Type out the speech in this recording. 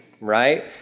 right